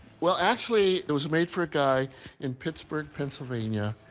well, actually it was made for a guy in pittsburgh, pennsylvania.